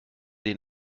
den